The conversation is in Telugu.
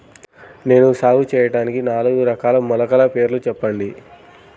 నేను సాగు చేయటానికి నాలుగు రకాల మొలకల పేర్లు చెప్పండి?